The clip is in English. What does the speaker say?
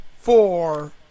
four